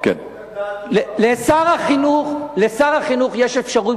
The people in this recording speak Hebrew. לשר החינוך יש אפשרות,